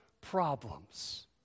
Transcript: problems